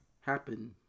happen